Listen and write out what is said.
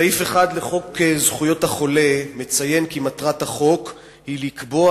סעיף 1 לחוק זכויות החולה מציין כי מטרת החוק היא לקבוע